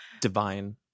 Divine